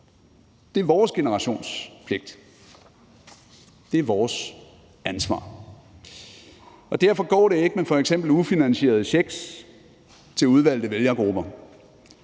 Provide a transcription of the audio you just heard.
Det er vores generations pligt. Det er vores ansvar. Derfor går det ikke med f.eks. ufinansierede checks til udvalgte vælgergrupper.